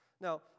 Now